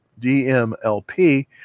DMLP